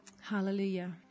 hallelujah